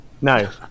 No